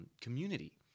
community